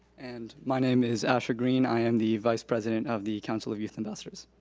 and my name is asher green, i am the vice president of the council of youth ambassadors.